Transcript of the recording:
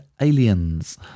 Aliens